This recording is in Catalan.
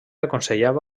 aconsellava